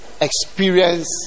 experience